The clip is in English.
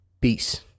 Peace